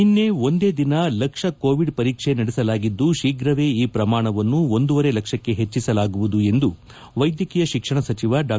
ನಿನ್ನೆ ಒಂದೇ ದಿನ ಲಕ್ಷ ಕೋವಿಡ್ ಪರೀಕ್ಷೆ ನಡೆಸಲಾಗಿದ್ದು ಶೀಫ್ರವೇ ಈ ಪ್ರಮಾಣವನ್ನು ಒಂದೂವರೆ ಲಕ್ಷಕ್ಕೆ ಹೆಚ್ಚಿಸಲಾಗುವುದು ಎಂದು ವೈದ್ಯಕೀಯ ಶಿಕ್ಷಣ ಸಚಿವ ಡಾ